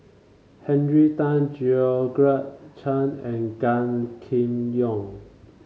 Henry Tan Georgette Chen and Gan Kim Yong